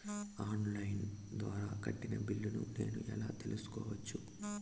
On line ద్వారా కట్టిన బిల్లును నేను ఎలా తెలుసుకోవచ్చు?